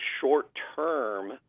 short-term